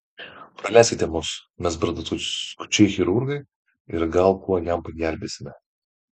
praleiskite mus mes barzdaskučiai chirurgai ir gal kuo jam pagelbėsime